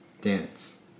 Dance